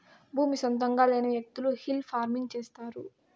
భూమి సొంతంగా లేని వ్యకులు హిల్ ఫార్మింగ్ చేస్తారు